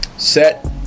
Set